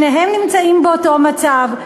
שניהם נמצאים באותו מצב,